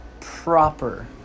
proper